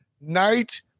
night